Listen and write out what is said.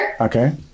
Okay